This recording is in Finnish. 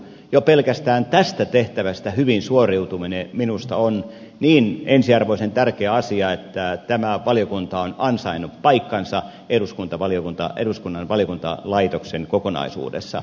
jo pelkästään tästä tehtävästä hyvin suoriutuminen minusta on niin ensiarvoisen tärkeä asia että tämä valiokunta on ansainnut paikkansa eduskunnan valiokuntalaitoksen kokonaisuudessa